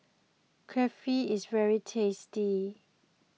Kulfi is very tasty